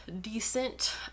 decent